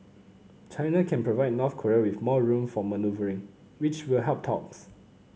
China can provide North Korea with more room for manoeuvring which will help talks